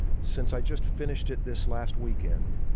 since i just finished it this last weekend,